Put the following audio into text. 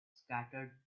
scattered